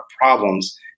problems